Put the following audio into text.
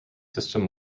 system